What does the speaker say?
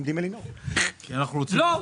לא.